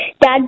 Dad